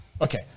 Okay